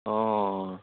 অঁ অঁ